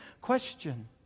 question